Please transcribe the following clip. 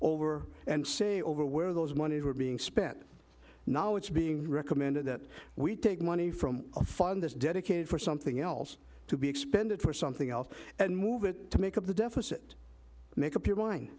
over and say over where those monies were being spent now it's being recommended that we take money from a fund this dedicated for something else to be expended for something else and move it to make up the deficit make up your mind